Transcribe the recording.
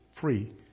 free